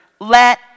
let